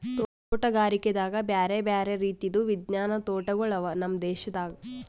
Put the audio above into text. ತೋಟಗಾರಿಕೆದಾಗ್ ಬ್ಯಾರೆ ಬ್ಯಾರೆ ರೀತಿದು ವಿಜ್ಞಾನದ್ ತೋಟಗೊಳ್ ಅವಾ ನಮ್ ದೇಶದಾಗ್